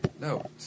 No